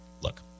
Look